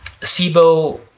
SIBO